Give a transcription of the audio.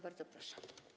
Bardzo proszę.